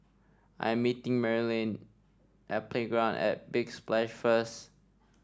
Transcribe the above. I'm meeting Maryjane at Playground at Big Splash first